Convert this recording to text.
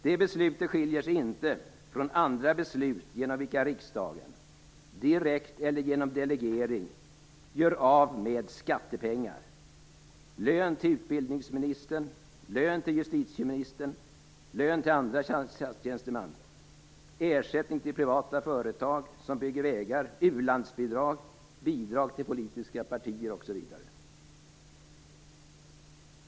Detta beslut skiljer sig inte från andra beslut genom vilka riksdagen, direkt eller genom delegering, gör av med skattepengar i form av lön till utbildningsministern, lön till justitieministern och till andra statstjänstemän, ersättning till privata företag som bygger vägar, u-landsbistånd, bidrag till politiska partier osv.